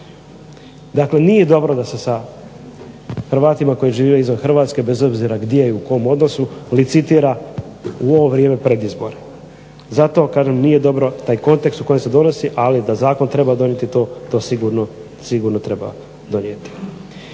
Dakle nije dobro da se sa Hrvatima koji žive izvan Hrvatske bez obzira gdje i u kom odnosu licitira u ovo vrijeme pred izbore. Zato kažem da nije dobro taj kontekst u kojem se donosi ali da zakon treba donijeti to treba sigurno treba donijeti.